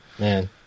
Man